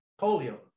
polio